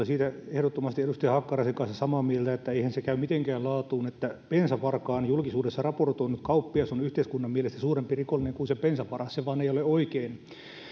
siitä ehdottomasti edustaja hakkaraisen kanssa samaa mieltä että eihän se käy mitenkään laatuun että bensavarkaasta julkisuudessa raportoinut kauppias on yhteiskunnan mielestä suurempi rikollinen kuin se bensavaras se vain ei ole oikein